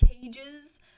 cages